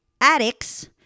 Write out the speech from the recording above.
addicts